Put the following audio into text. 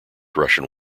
russian